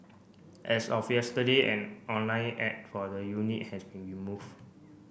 as of yesterday an online ad for the unit has been removed